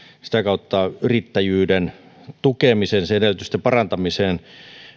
yrittäjyyden tukemiseen ja sen edellytysten parantamiseen